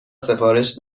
سفارش